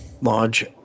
Lodge